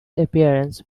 appearance